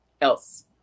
else